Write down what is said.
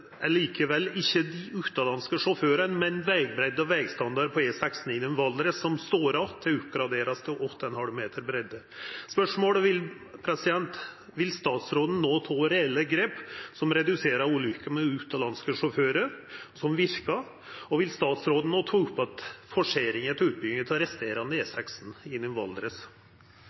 likevel ikkje dei utanlandske sjåførane, men vegbreidd og vegstandard på E16 gjennom Valdres – der det står att å verta oppgradert til 8,5 meters breidd. Spørsmåla er: Vil statsråden no ta reelle grep som verkar, og som reduserer talet på ulykker med utanlandske sjåførar? Og vil statsråden ta opp att forseringa når det gjeld utbygginga av resterande E16 gjennom Valdres?